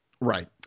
right